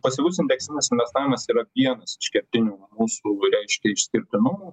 pasyvus indeksinis investavimas yra vienas iš kertinių mūsų reiškia išskirtinumų